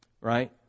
Right